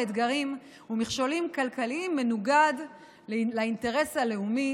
האתגרים ומכשולים כלכליים מנוגד לאינטרס הלאומי,